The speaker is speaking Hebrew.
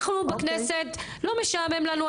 אנחנו בכנסת לא משעמם לנו.